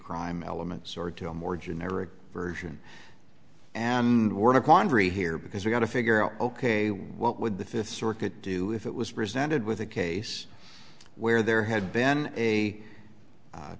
crime elements or to a more generic version and we're in a quandary here because we've got to figure out ok what would the fifth circuit do if it was presented with a case where there had been a